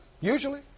usually